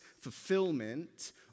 fulfillment